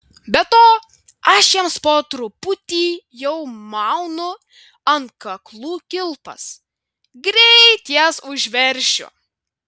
be to aš jiems po truputį jau maunu ant kaklų kilpas greit jas užveršiu